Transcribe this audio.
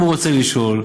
אם הוא רוצה לשאול,